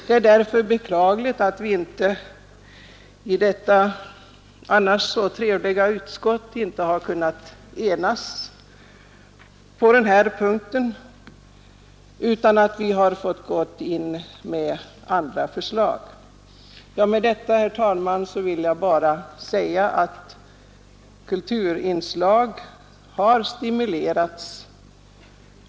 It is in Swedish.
Det är därför beklagligt att vi inte inom detta annars så trevliga utskott har kunnat enas på denna punkt utan har lagt fram olika förslag. Med detta har jag, herr talman, bara velat säga att kulturinslag har stimulerats.